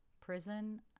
prison